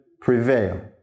prevail